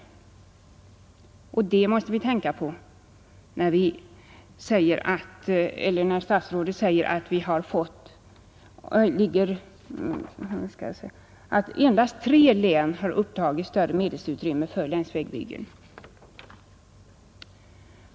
Det måste vi tänka på när statsrådet säger att endast för tre län har upptagits större medelsutrymme för länsvägbyggen.